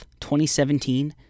2017